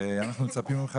ואנחנו מצפים ממך,